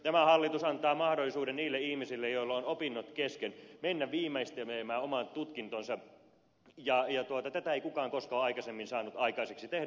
tämä hallitus antaa mahdollisuuden niille ihmisille joilla on opinnot kesken mennä viimeistelemään oman tutkintonsa ja tätä ei kukaan koskaan ole aikaisemmin saanut aikaiseksi tehdä